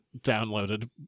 downloaded